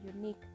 unique